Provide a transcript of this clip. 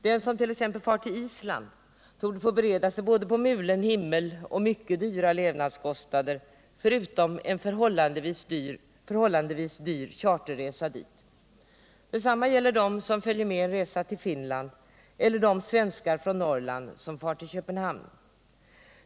Den som t.ex. far till Island torde få bereda sig på både mulen himmel och mycket höga levnadskostnader förutom en förhållandevis dyr charterresa dit. Detsamma gäller dem som följer med en resa till Finland eller de svenskar från Norrland som far till Köpenhamn.